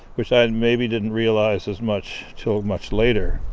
which i and maybe didn't realize as much till much later.